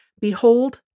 Behold